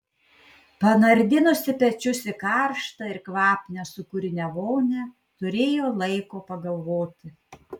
panardinusi pečius į karštą ir kvapnią sūkurinę vonią turėjo laiko pagalvoti